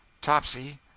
Topsy